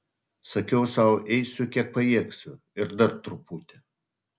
sakiau sau eisiu kiek pajėgsiu ir dar truputį